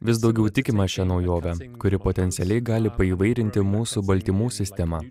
vis daugiau tikima šia naujove kuri potencialiai gali paįvairinti mūsų baltymų sistemą